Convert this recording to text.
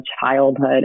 childhood